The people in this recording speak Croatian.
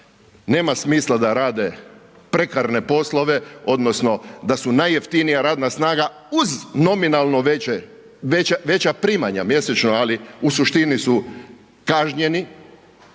nema smisla da rade prekarne poslove odnosno da su najjeftinija radna snaga uz nominalno veća primanja mjesečno ali u suštini su kažnjeni